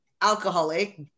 Alcoholic